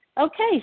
Okay